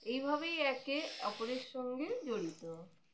এইভাবেই একে অপরের সঙ্গে জড়িত